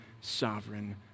sovereign